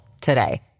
today